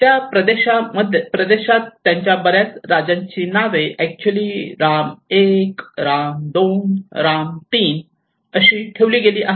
त्या प्रदेशात मध्ये त्यांच्या बरेच राजाची नावे ऍक्च्युली राम 1 राम 2 राम 3 अशी ठेवली गेली आहेत